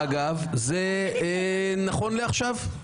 אגב, זה נכון לעכשיו.